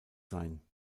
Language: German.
sein